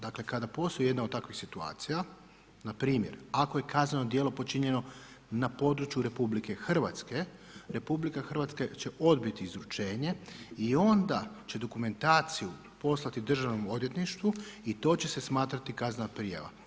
Dakle, kada postoji jedna od takvih situacija, npr. ako je kazneno djelo počinjeno na području RH, RH će odbiti izručenje i onda će dokumentaciju poslati DORH-u i to će se smatrati kaznena prijava.